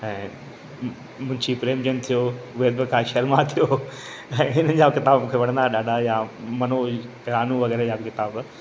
ऐं मुंशी प्रेमचंद थियो वेद प्रकाश शर्मा थियो ऐं हिन जा किताब मूंखे वणंदा आहिनि ॾाढा या मनो रानू वग़ैरह जा किताब